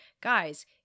guys